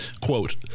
Quote